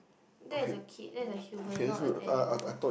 that is a kid that is a human not an animal